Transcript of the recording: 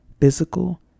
physical